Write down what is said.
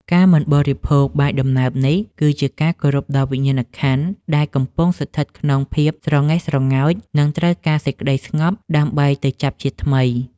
ការមិនបរិភោគបាយដំណើបនេះ គឺជាការគោរពដល់វិញ្ញាណក្ខន្ធដែលកំពុងស្ថិតក្នុងភាពស្រងេះស្រងោច និងត្រូវការសេចក្តីសុខស្ងប់ដើម្បីទៅចាប់ជាតិថ្មី។